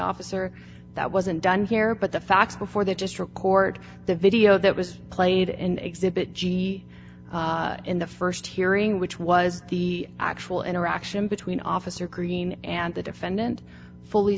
officer that wasn't done here but the facts before they just record the video that was played in exhibit g in the st hearing which was the actual interaction between officer green and the defendant fully